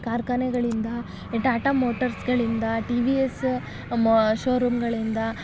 ಕಾರ್ಖಾನೆಗಳಿಂದ ಟಾಟಾ ಮೋಟರ್ಸುಗಳಿಂದ T V S show ರೂಮುಗಳಿಂದ